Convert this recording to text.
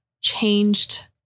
changed